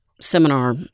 seminar –